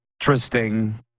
interesting